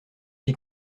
qui